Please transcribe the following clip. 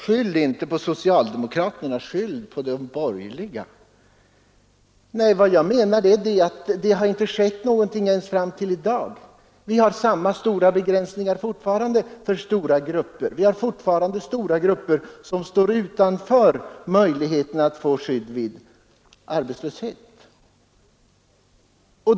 Skyll inte på socialdemokraterna, skyll på de borgerliga, säger herr Fagerlund. Nej, vad jag framhöll var att det knappast hänt någonting tills i dag. Fortfarande står stora grupper utanför möjligheterna till skydd vid arbetslöshet.